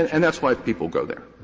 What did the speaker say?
and that's why people go there.